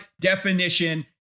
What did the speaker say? definition